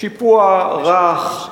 שיפוע רך,